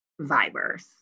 Vibers